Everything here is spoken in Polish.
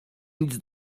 nic